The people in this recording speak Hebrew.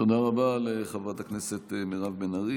תודה רבה לחברת הכנסת מירב בן ארי.